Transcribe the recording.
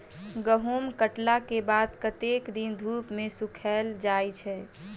गहूम कटला केँ बाद कत्ते दिन धूप मे सूखैल जाय छै?